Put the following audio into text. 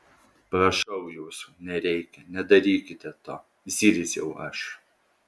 prašau jūsų nereikia nedarykite to zirziau aš